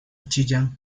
chillán